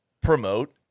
promote